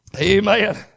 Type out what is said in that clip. Amen